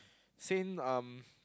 Sein um